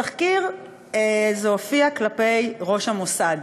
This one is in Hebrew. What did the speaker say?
בתחקיר זה הופיע כלפי ראש המוסד,